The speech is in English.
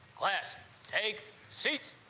less take seats